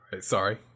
Sorry